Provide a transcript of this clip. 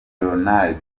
ronald